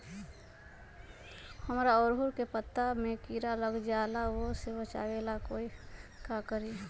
हमरा ओरहुल के पत्ता में किरा लग जाला वो से बचाबे ला का करी?